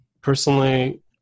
Personally